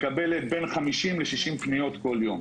מקבלת בין 50 ל-60 פניות כל יום.